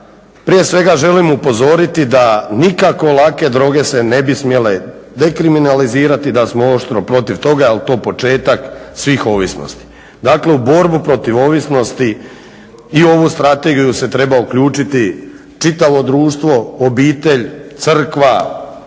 prije svega želim upozoriti da nikako lake droge se ne bi smjele dekriminalizirati, da smo oštro protiv toga jer je to početak svih ovisnosti. Dakle, u borbu protiv ovisnosti i ovu strategiju se treba uključiti čitavo društvo, obitelj, crkva, škola,